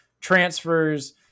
transfers